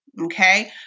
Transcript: Okay